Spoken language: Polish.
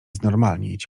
znormalnieć